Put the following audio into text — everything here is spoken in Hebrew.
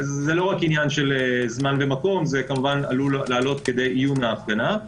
זה לא רק עניין של זמן ומקום זה כמובן עלול לעלות עד כדי איון ההפגנה.